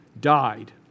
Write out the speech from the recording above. died